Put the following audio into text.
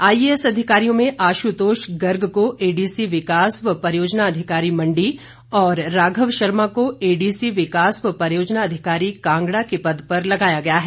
IAS अधिकारियों में आशुतोष गर्ग को एडीसी विकास व परियोजना अधिकारी मंडी और राघव शर्मा को एडीसी विकास एवं परियोजना अधिकारी कांगड़ा के पद पर लगाया गया है